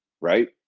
right